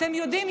אתם יודעים,